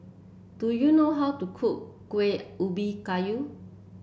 do you know how to cook Kueh Ubi Kayu